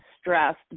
stressed